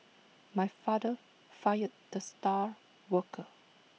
my father fired the star worker